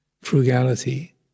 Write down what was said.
frugality